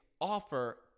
offer